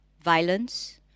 violence